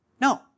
No